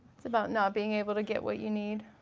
it's about not being able to get what you need.